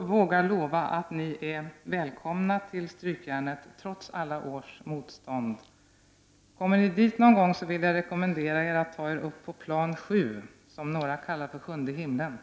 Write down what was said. vågar lova att ni alla är välkomna till Strykjärnet trots alla års motstånd. Om ni kommer dit någon gång, så vill jag rekommendera er att ta er upp på plan 7, som någon kallar sjunde himlen.